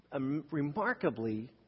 remarkably